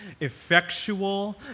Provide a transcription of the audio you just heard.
effectual